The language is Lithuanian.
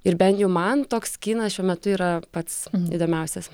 ir bent jau man toks kinas šiuo metu yra pats įdomiausias